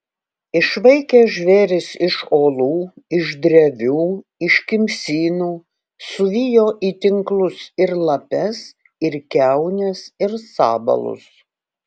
išvaikė žvėris iš olų iš drevių iš kimsynų suvijo į tinklus ir lapes ir kiaunes ir sabalus